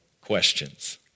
questions